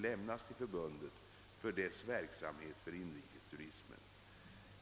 lämnas till förbundet för dess "verksamhet för inrikesturismen.